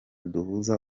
duhuza